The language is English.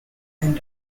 and